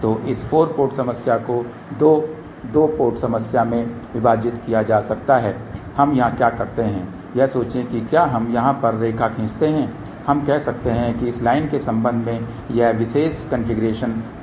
तो इस 4 पोर्ट समस्या को दो 2 पोर्ट समस्या में विभाजित किया जा सकता है हम यहां क्या करते हैं यह सोचें कि क्या हम यहां पर रेखा खींचते हैं हम कह सकते हैं कि इस लाइन के संबंध में यह विशेष कॉन्फ़िगरेशन सममित है